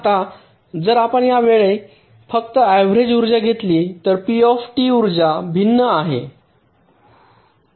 आता जर आपण या वेळी फक्त अव्हरेज उर्जा घेतली तर पी टी ऊर्जा भिन्न आहे